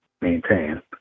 maintain